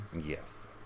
Yes